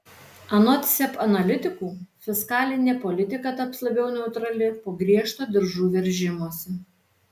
anot seb analitikų fiskalinė politika taps labiau neutrali po griežto diržų veržimosi